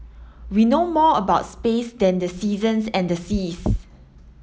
we know more about space than the seasons and the seas